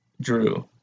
Drew